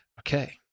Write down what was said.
Okay